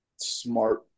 smart